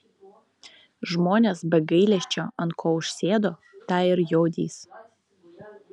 žmonės be gailesčio ant ko užsėdo tą ir jodys